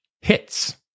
hits